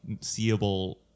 seeable